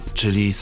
czyli